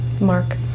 mark